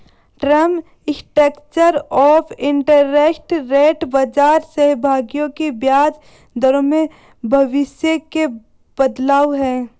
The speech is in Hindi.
term structure of interest rate बाजार सहभागियों की ब्याज दरों में भविष्य के बदलाव है